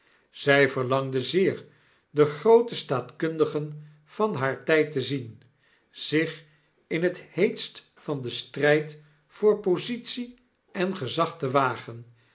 zy verlangde zeer de groote staatkundigen van haar tyd te zien zich in het heetst van den stryd voor positie en gezag te wagen